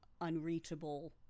unreachable